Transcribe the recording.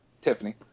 Tiffany